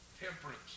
temperance